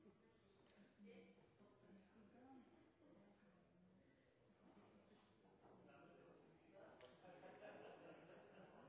med på